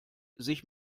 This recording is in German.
sich